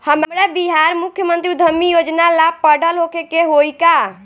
हमरा बिहार मुख्यमंत्री उद्यमी योजना ला पढ़ल होखे के होई का?